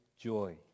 joy